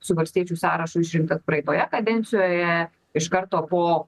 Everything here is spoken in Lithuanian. su valstiečių sąrašu išrinktas praeitoje kadencijoje iš karto po